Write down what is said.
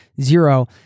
zero